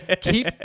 Keep